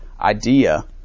idea